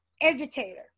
educator